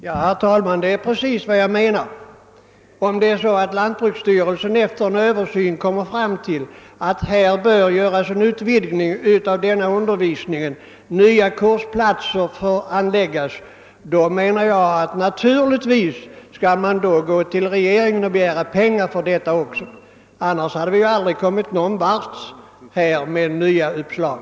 Herr talman! Det är precis vad jag menar. Om lantbruksstyrelsen efter en översyn anser att undervisningen bör utvidgas, att nya kursplaner skall uppläggas, skall man naturligtvis gå till regeringen och begära pengar för detta. Annars skulle vi aldrig komma någon vart med nya uppslag.